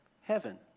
heaven